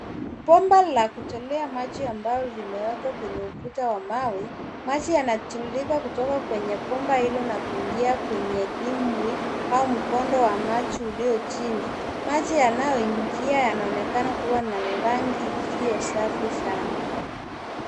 Bomba la kutolea maji ambalo limewekwa kwenye ukuta wa mawe, maji yanatiririka kutoka kwenye bomba hilo na kuingia kwenye dimbwi au mkondo wa maji uliochini. Maji yanayoingia yanaonekana kuwa na rangi isiyosafi sana.